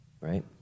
Right